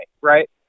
right